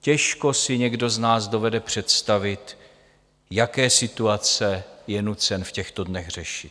Těžko si někdo z nás dovede představit, jaké situace je nucen v těchto dnech řešit.